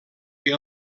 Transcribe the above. que